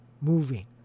moving